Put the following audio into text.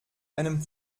deinem